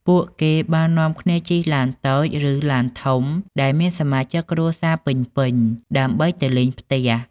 ពួកគេបាននាំគ្នាជិះឡានតូច ឬឡានធំដែលមានសមាជិកគ្រួសារពេញៗ ដើម្បីទៅលេងផ្ទះ។